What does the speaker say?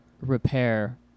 repair